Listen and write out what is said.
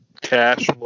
Cash